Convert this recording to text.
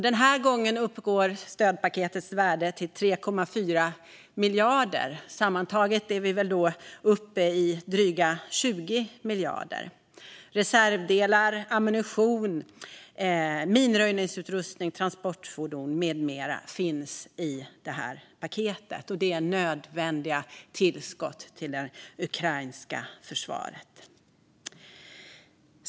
Den här gången uppgår stödpaketets värde till 3,4 miljarder. Sammantaget är vi väl då uppe i dryga 20 miljarder. Reservdelar, ammunition, minröjningsutrustning, transportfordon med mera finns i paketet, och det är nödvändiga tillskott till det ukrainska försvaret.